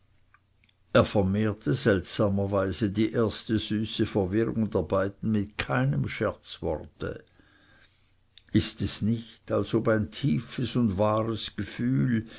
er vermehrte seltsamerweise die erste süße verwirrung der beiden mit keinem scherzworte ist es nicht als ob ein tiefes und wahres gefühl